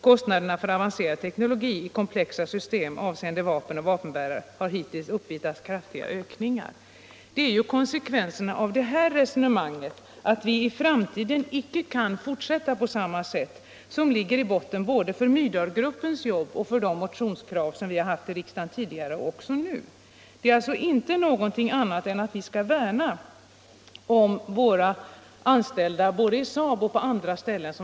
Kostnaderna för avancerad teknologi och komplexa system avseende vapen och vapenbärare har hittills uppvisat kraftiga ökningar.” Det är ju konsekvensen av det här resonemanget — att vi i framtiden icke kan fortsätta på samma vis — som ligger i botten både för Myrdalgruppens jobb och för de motionskrav som vi har framfört i riksdagen tidigare och även nu. Det är alltså inte någonting annat än att vi skall värna om våra anställda både SAAB och på andra försvarsindustrier.